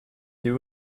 you